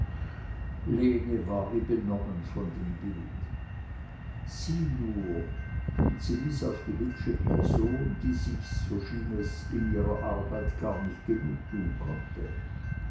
war wie benommen von dem bild sieh nur und sie wies auf die hübsche person die sich so schien es in ihrer arbeit gar nicht genugtun konnte